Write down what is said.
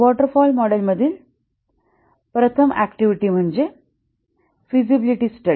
water fall मॉडेलमधील प्रथम activity म्हणजे फिजिबिलिटी स्टडी